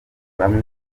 bamwe